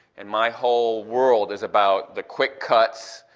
and my whole world is about the quick cuts,